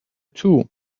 too